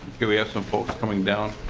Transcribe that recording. we have so folks coming down?